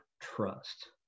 trust